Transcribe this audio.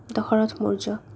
Dasharatha Maurya